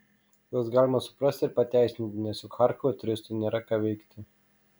juos galima suprasti ir pateisinti nes juk charkove turistui nėra ką veikti